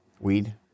Weed